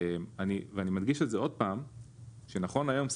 אני מדגיש עוד פעם שנכון להיום,